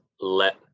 let